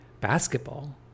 basketball